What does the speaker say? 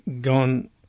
gone